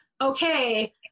okay